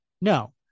No